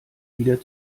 wieder